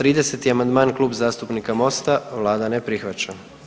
30. amandman, Klub zastupnika Mosta, Vlada ne prihvaća.